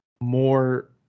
more